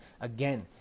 again